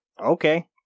okay